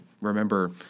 remember